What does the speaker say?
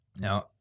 now